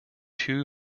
two